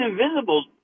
invisible